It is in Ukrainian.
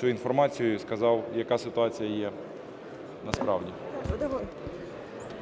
цю інформацію і сказав, яка ситуація є насправді.